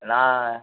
நான்